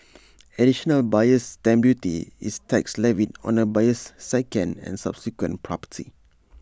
additional buyer's stamp duty is tax levied on A buyer's second and subsequent property